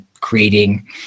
creating